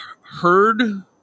heard